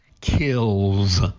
kills